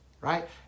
right